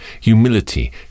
Humility